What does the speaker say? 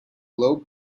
low